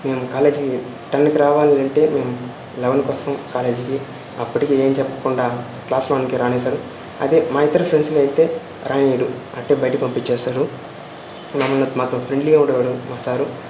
మేము కాలేజ్కి టెన్కి రావాల్నంటే మేము లెవన్కొస్తాం కాలేజ్కి అప్పటికీ ఏం చెప్పకుండా క్లాస్ లోనికి రానిస్తారు అయితే మా ఇద్దరి ఫ్రెండ్స్ని అయితే రానియ్యడు అట్టే బయటికి పంపిచ్చేస్తారు మాములు నాతో చాలా ఫ్రెండ్లీగా ఉండేవాడు మా సారూ